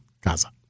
Gaza